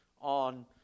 on